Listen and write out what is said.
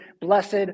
blessed